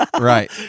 Right